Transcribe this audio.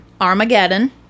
Armageddon